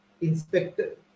Inspector